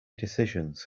decisions